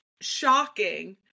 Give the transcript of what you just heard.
shocking